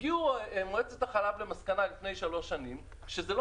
הגיעו מועצת החלב למסקנה לפני שלוש שנים שלא